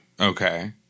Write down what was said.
Okay